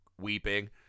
weeping